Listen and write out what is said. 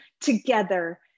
together